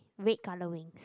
red color wings